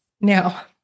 now